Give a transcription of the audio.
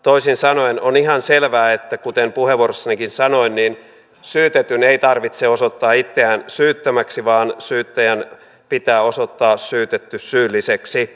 toisin sanoen on ihan selvää että kuten puheenvuorossanikin sanoin syytetyn ei tarvitse osoittaa itseään syyttömäksi vaan syyttäjän pitää osoittaa syytetty syylliseksi